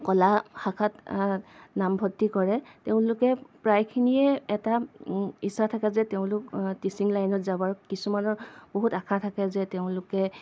কলা শাখাত নামভৰ্তি কৰে তেওঁলোকে প্ৰায়খিনিৰে এটা ইচ্ছা থাকে যে তেওঁলোক টিছিং লাইনত যাব আৰু কিছুমানৰ বহুত আশা থাকে যে তেওঁলোকে